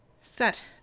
set